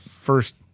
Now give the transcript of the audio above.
First